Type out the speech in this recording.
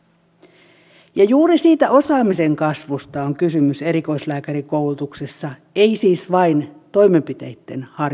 ja juuri siitä osaamisen kasvusta on kysymys erikoislääkärikoulutuksessa ei siis vain toimenpiteitten harjoittelusta